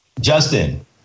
Justin